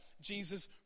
Jesus